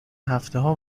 هفتهها